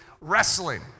wrestling